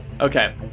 Okay